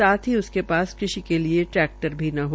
साथ ही उसक पास कृषि के लिये ट्रैक्टर भी न हो